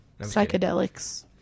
psychedelics